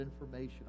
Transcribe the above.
information